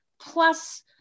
Plus